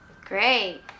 Great